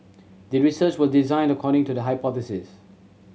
the research was designed according to the hypothesis